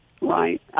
Right